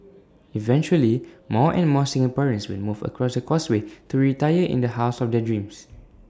eventually more and more Singaporeans will move across the causeway to retire in the house of their dreams